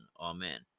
Amen